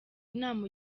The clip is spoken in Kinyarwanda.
inama